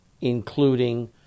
including